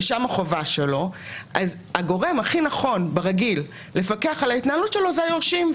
אז הגורם הכי נכון ברגיל לפקח על ההתנהלות שלו זה היורשים.